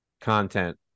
content